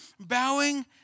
bowing